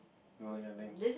no yelling